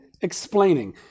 explaining